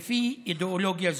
לפי אידיאולוגיה זו.